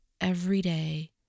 everyday